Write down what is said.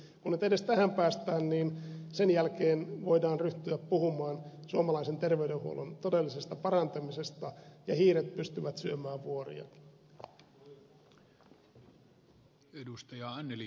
kun nyt edes tähän päästään sen jälkeen voidaan ryhtyä puhumaan suomalaisen terveydenhuollon todellisesta parantamisesta ja hiiret pystyvät syömään vuoriakin